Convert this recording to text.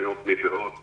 לקבל מהם את המידע,